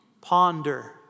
Ponder